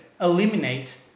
eliminate